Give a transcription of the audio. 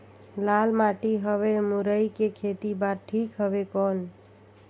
लाल माटी हवे मुरई के खेती बार ठीक हवे कौन?